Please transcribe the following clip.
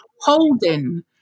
holding